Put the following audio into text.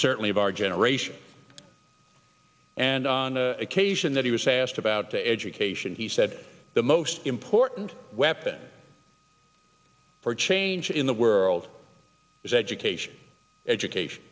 certainly of our generation and on the occasion that he was asked about the education he said the most important weapon for change in the world was education education